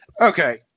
okay